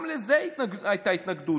גם לזה הייתה התנגדות.